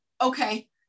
Okay